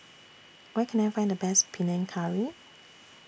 Where Can I Find The Best Panang Curry